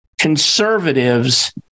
conservatives